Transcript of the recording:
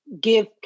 give